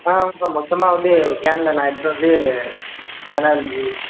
ஆ ஆமாம்ப்பா மொத்தமாக வந்து கேனில் நான் எடுத்துகிட்டு வந்து பதினாறாந்தேதி